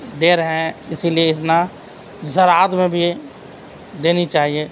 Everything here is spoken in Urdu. دے رہے ہیں اِسی لیے اتنا زراعت میں بھی دینی چاہیے